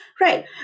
Right